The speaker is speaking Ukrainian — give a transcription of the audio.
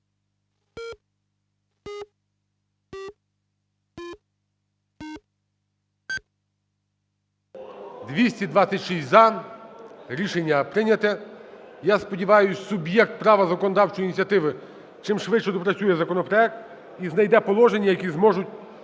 За-226 Рішення прийнято. Я сподіваюсь, суб'єкт права законодавчої ініціативи чим швидше доопрацює законопроект і знайде положення, які зможуть